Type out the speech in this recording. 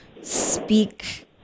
speak